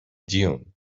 dune